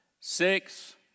six